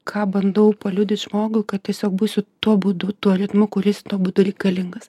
ką bandau paliudyt žmogui kad tiesiog būsiu tuo būdu tuo ritmu kuris tau būtų reikalingas